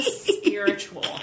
spiritual